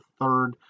third